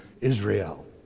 Israel